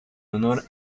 honor